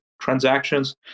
transactions